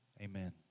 Amen